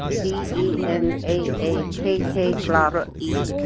d. e. n. a. a. k. k. glottal. e.